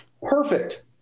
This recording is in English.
Perfect